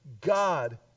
God